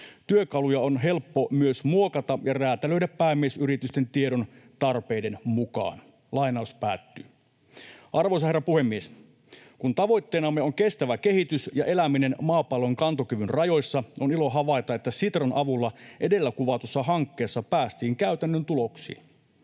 Työkaluja on helppo myös muokata ja räätälöidä päämiesyritysten tiedon tarpeiden mukaan.” Arvoisa herra puhemies! Kun tavoitteenamme on kestävä kehitys ja eläminen maapallon kantokyvyn rajoissa, on ilo havaita, että Sitran avulla edellä kuvatussa hankkeessa päästiin käytännön tuloksiin.